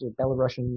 Belarusian